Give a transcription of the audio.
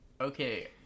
okay